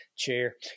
chair